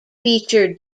featured